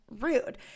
Rude